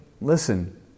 listen